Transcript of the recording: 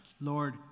Lord